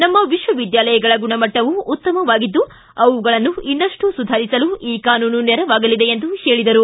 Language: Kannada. ನಮ್ಮ ವಿಕ್ವವಿದ್ಯಾಲಯಗಳ ಗುಣಮಟ್ಟವು ಉತ್ತಮವಾಗಿದ್ದು ಅವುಗಳನ್ನು ಇನ್ನಷ್ಟು ಸುಧಾರಿಸಲು ಈ ಕಾನೂನು ನೆರವಾಗಲಿದೆ ಎಂದರು